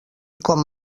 com